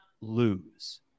lose